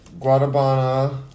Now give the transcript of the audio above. Guadabana